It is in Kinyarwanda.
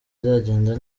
bizagenda